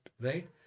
Right